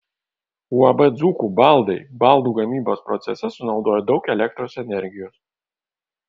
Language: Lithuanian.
uab dzūkų baldai baldų gamybos procese sunaudoja daug elektros energijos